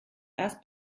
erst